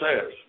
says